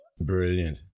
Brilliant